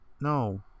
no